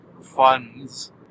funds